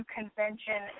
convention